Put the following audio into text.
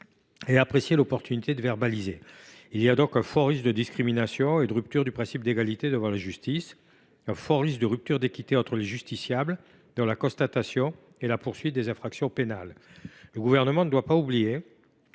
et à apprécier l’opportunité de le faire. Elles présentent donc un fort risque de discrimination et de rupture du principe d’égalité devant la justice, ainsi que de rupture d’équité entre les justiciables dans la constatation et la poursuite des infractions pénales. Le Gouvernement ne doit pas oublier